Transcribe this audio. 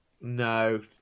No